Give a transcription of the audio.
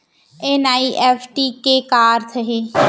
NEFT के का अर्थ है?